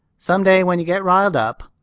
someday when you get riled up.